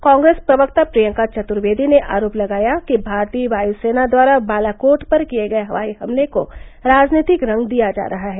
कांग्रेस प्रवक्ता प्रियंका चतुर्वेदी ने आरोप लगाया कि भारतीय वायुसेना द्वारा बालाकोट पर किए गए हवाई हमले को राजनीतिक रंग दिया जा रहा है